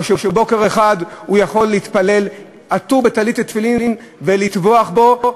או שבוקר אחד הוא יכול להתפלל עטוף בטלית ותפילין ויטבחו בו,